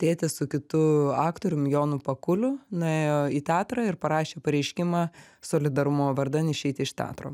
tėtis su kitu aktorium jonu pakuliu nuėjo į teatrą ir parašė pareiškimą solidarumo vardan išeiti iš teatro